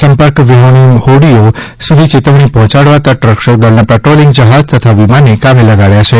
સંપર્ક વિહ્રોણી હોડીઓ સુધી ચેતવણી પહોંચાડવા તટરક્ષક દળના પેટ્રોલિંગ જહાજ તથા વિમાન કામે લાગ્યા છે